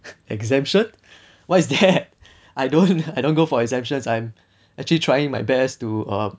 exemption what is that I don't I don't go for exemptions I'm actually trying my best to err